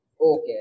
Okay